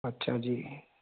ਅੱਛਾ ਜੀ